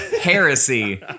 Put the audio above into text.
Heresy